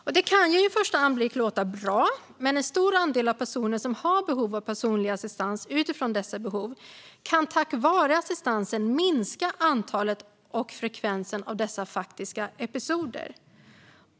Detta kan först låta bra, men en stor andel av de personer som har behov av personlig assistans utifrån dessa behov kan tack vare assistansen minska antalet och frekvensen av dessa faktiska episoder.